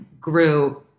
grew